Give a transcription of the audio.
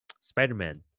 Spider-Man